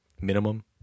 minimum